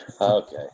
okay